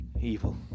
Evil